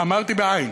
אמרתי: בעי"ן.